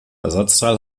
ersatzteil